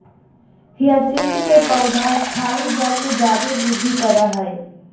hyacinth के पौधा स्थायी जल में जादे वृद्धि करा हइ